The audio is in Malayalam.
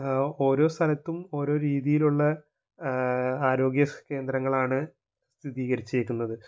ഓരോ സ്ഥലത്തും ഓരോ രീതിയിലുള്ള ആരോഗ്യകേന്ദ്രങ്ങളാണ് സ്ഥിതീകരിച്ചിരിക്കുന്നത്